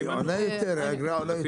היא עולה יותר, האגרה עולה יותר.